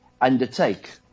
undertake